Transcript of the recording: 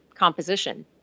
composition